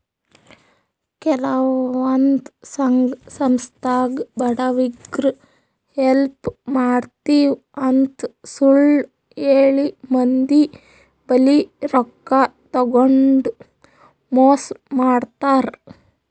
ಕೆಲವಂದ್ ಸಂಘ ಸಂಸ್ಥಾದಾಗ್ ಬಡವ್ರಿಗ್ ಹೆಲ್ಪ್ ಮಾಡ್ತಿವ್ ಅಂತ್ ಸುಳ್ಳ್ ಹೇಳಿ ಮಂದಿ ಬಲ್ಲಿ ರೊಕ್ಕಾ ತಗೊಂಡ್ ಮೋಸ್ ಮಾಡ್ತರ್